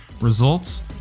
results